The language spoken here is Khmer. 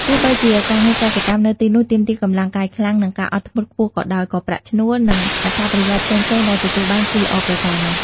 ទោះបីជាការងារកសិកម្មនៅទីនោះទាមទារកម្លាំងកាយខ្លាំង និងការអត់ធ្មត់ខ្ពស់ក៏ដោយ ក៏ប្រាក់ឈ្នួល និងអត្ថប្រយោជន៍ផ្សេងៗដែលទទួលបានគឺល្អប្រសើរណាស់ ។